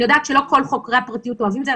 אני יודעת שלא כל חוקרי הפרטיות אוהבים את זה,